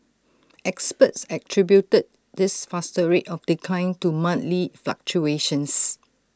experts attributed this faster rate of decline to monthly fluctuations